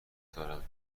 دارم